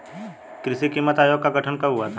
कृषि कीमत आयोग का गठन कब हुआ था?